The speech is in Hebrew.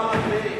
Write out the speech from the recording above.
מה מצביעים.